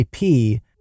IP